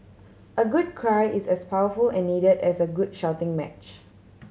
a good cry is as powerful and needed as a good shouting match